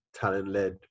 talent-led